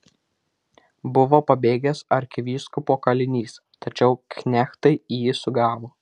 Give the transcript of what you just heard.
buvo pabėgęs arkivyskupo kalinys tačiau knechtai jį sugavo